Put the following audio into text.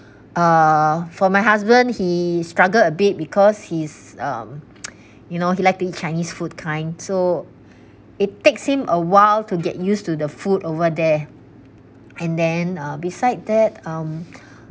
uh for my husband he struggled a bit because he's um you know he like to eat chinese food kind so it takes him a while to get used to the food over there and then uh beside that um